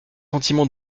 sentiment